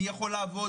מי יכול לעבוד,